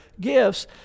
gifts